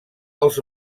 els